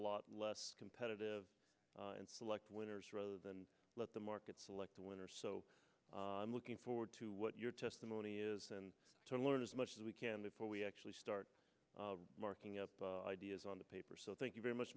lot less competitive and select winners rather than let the market select the winner so i'm looking forward to what your testimony is to learn as much as we can before we actually start marking up ideas on the paper so thank you very much